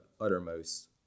uttermost